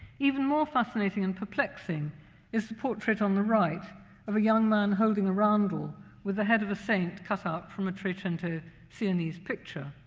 even more fascinating and perplexing is the portrait on the right of a young man holding a roundel with the head of a saint cut out from a trecento siennese picture.